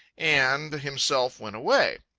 and himself went away.